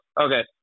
Okay